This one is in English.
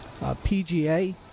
PGA